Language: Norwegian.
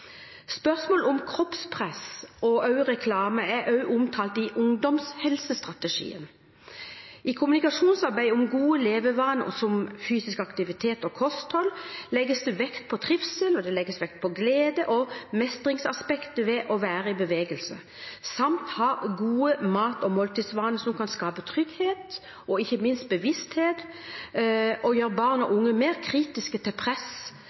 Spørsmål om kroppspress og reklame er også omtalt i ungdomshelsestrategien. I kommunikasjonsarbeidet om gode levevaner, som fysisk aktivitet og kosthold, legges det vekt på trivsel, og det legges vekt på glede og mestringsaspektet ved å være i bevegelse, samt å ha gode mat- og måltidsvaner, som kan skape trygghet, og ikke minst bevissthet, og gjøre barn og unge mer kritiske til press